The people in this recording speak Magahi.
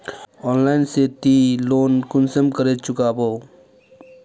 ऑनलाइन से ती लोन कुंसम करे चुकाबो?